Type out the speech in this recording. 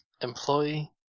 Employee